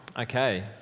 Okay